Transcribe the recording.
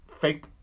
fake